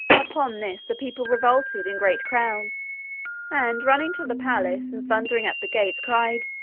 upon this, the people revolted, in great crowds and running to the palace, and thundering at the gates, cried,